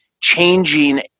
changing